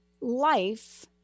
life